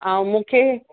ऐं मूंखे